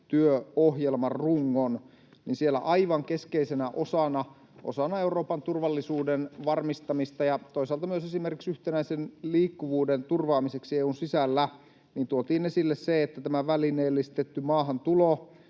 työohjelman rungon, ja siellä aivan keskeisenä osana Euroopan turvallisuuden varmistamista ja toisaalta myös esimerkiksi yhtenäisen liikkuvuuden turvaamiseksi EU:n sisällä tuotiin esille, että tämä välineellistetty maahantulo